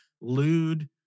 lewd